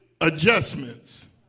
adjustments